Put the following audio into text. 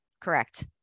Correct